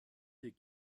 des